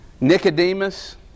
Nicodemus